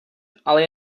ale